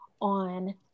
on